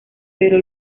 pero